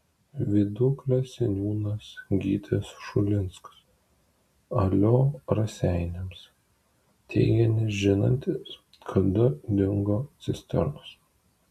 viduklės seniūnas gytis šulinskas alio raseiniams teigė nežinantis kada dingo cisternos